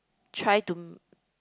try to m~